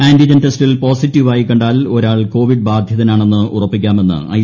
antigen പ്രടെസ്റ്റിൽ പോസിറ്റിവായി കണ്ടാൽ ഒരാൾ കോവിഡ് ബായിതനാണെന്ന് ഉറപ്പിക്കാമെന്ന് ഐ